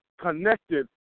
connected